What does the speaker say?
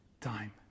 time